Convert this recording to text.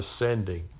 ascending